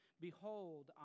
Behold